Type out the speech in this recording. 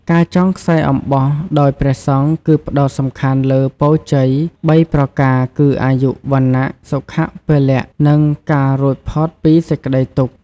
ការចងខ្សែរអំបោះដោយព្រះសង្ឃ គឺផ្ដោតសំខាន់លើ ពរជ័យបីប្រការគឺ អាយុ វណ្ណៈ សុខៈ ពលៈ និងការរួចផុតពីសេចក្ដីទុក្ខ។